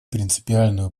принципиальную